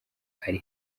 ari